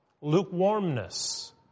Lukewarmness